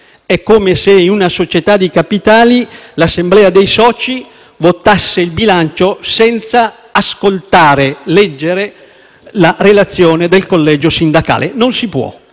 È come se, in una società di capitali, l'assemblea dei soci votasse il bilancio senza leggere o ascoltare la relazione del collegio sindacale. Non si può.